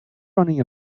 running